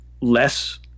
less